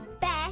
Best